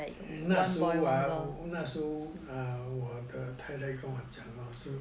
那时候啊那时候我的太太跟我讲是